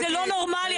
זה לא נורמלי.